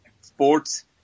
sports